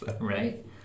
Right